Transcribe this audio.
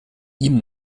ihm